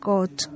God